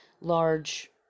large